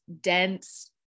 dense